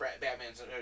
Batman's